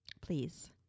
Please